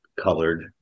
colored